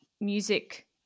music